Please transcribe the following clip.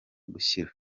gushyira